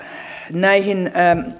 näihin